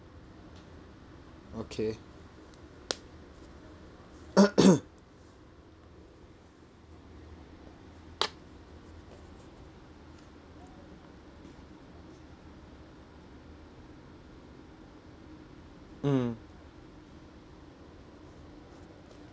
okay mm